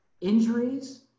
injuries